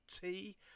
tea